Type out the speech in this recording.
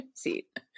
seat